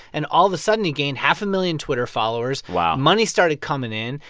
and all of a sudden, he gained half a million twitter followers wow money started coming in.